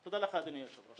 תודה לך אדוני היושב ראש.